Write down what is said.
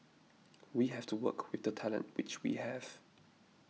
we have to work with the talent which we have